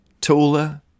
Taller